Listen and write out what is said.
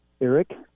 Eric